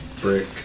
Brick